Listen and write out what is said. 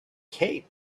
cape